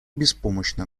беспомощно